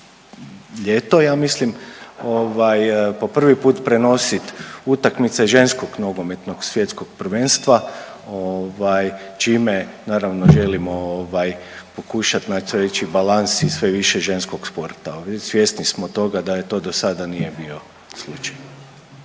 ljeto ja mislim po prvi put prenosit utakmice ženskog Nogometnog svjetskog prvenstva čime naravno želimo pokušati naći balans i sve više ženskog sporta. Svjesni smo toga da do sada nije bio slučaj.